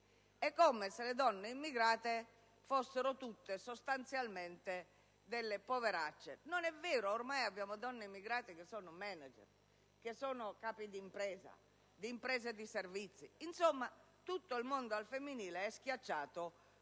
è come se le donne immigrate fossero tutte sostanzialmente delle poveracce. Non è vero: ormai abbiamo donne immigrate che sono *manager*, capi di imprese e di servizi. Insomma, tutto il mondo al femminile è schiacciato